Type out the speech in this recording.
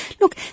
Look